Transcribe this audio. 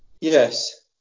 Yes